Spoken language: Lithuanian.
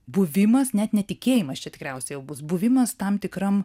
buvimas net netikėjimas čia tikriausiai jau bus buvimas tam tikram